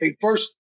first